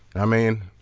i mean,